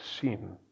sin